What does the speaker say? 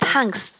Thanks